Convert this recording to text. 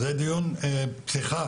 זה דיון פתיחה